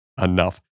enough